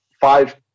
five